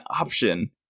option